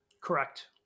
Correct